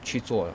去做